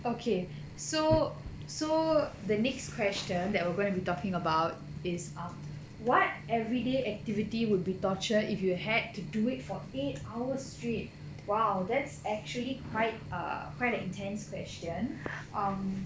okay so so the next question that we're going to be talking about is um what everyday activity would be torture if you had to do it for eight hours straight !wow! that's actually quite err quite an intense question um